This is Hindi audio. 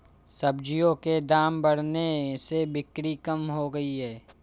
सब्जियों के दाम बढ़ने से बिक्री कम हो गयी है